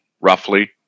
roughly